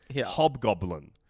Hobgoblin